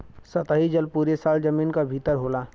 सतही जल पुरे साल जमीन क भितर होला